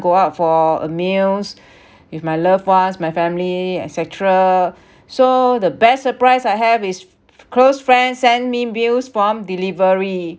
go out for a meals with my loved ones my family etcetera so the best surprise I have is close friend sent me meals from delivery